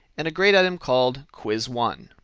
and a grade item called quiz one.